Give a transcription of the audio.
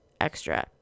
extra